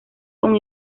con